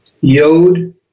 Yod